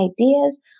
ideas